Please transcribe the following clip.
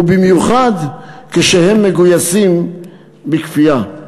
ובמיוחד כשהם מגויסים בכפייה.